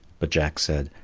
but jack said,